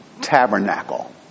Tabernacle